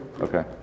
Okay